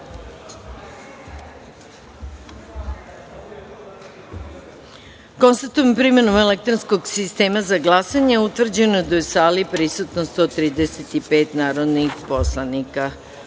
da je primenom elektronskog sistema za glasanje utvrđeno da je u sali prisutno 139 narodnih poslanika